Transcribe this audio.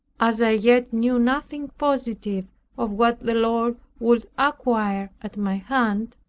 as i yet knew nothing positive of what the lord would acquire at my hand,